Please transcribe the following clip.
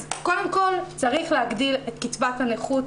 אז קודם כל צריך להגדיל את קצבת הנכות